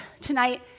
tonight